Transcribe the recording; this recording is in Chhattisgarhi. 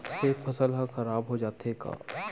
से फसल ह खराब हो जाथे का?